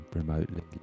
remotely